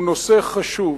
הוא נושא חשוב,